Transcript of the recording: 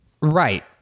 Right